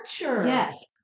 Yes